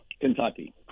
Kentucky